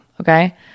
okay